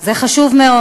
זה דיון חשוב מאוד.